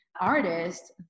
artist